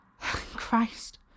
Christ